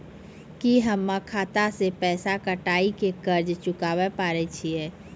की हम्मय खाता से पैसा कटाई के कर्ज चुकाबै पारे छियै?